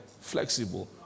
Flexible